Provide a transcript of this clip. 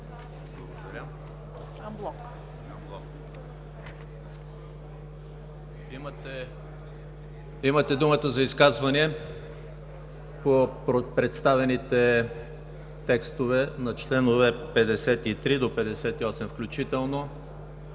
Имате думата за изказвания по представените текстове на членове от 53 до 58 включително.